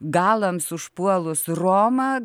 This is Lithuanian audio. galams užpuolus romą